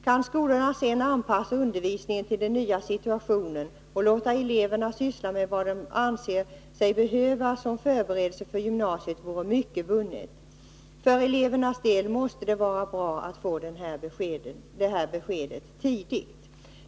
Kan skolorna sen anpassa undervisningen till den nya situationen och låta eleverna syssla med det de anser sig behöva som förberedelse för gymnasiet vore mycket vunnet. För elevernas del måste det vara bra att få det här beskedet tidigt.